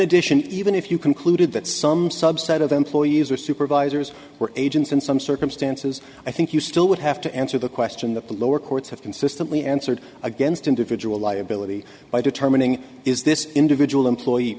addition even if you concluded that some subset of employees or supervisors were agents in some circumstances i think you still would have to answer the question that the lower courts have consistently answered against individual liability by determining is this individual employee